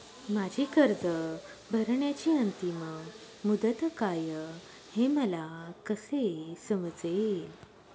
माझी कर्ज भरण्याची अंतिम मुदत काय, हे मला कसे समजेल?